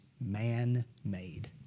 man-made